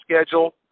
schedule